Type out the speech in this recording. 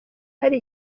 hari